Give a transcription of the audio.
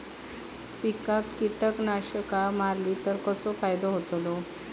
पिकांक कीटकनाशका मारली तर कसो फायदो होतलो?